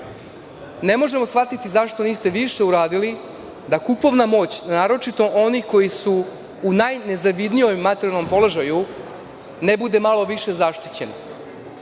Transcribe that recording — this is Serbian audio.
ne možemo shvatiti zašto niste više uradili, da kupovna moć, naročito onih koji su u najnezavidnijem materijalnom položaju, ne bude malo više zaštićen.